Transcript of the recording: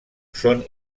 són